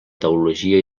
teologia